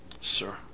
Sir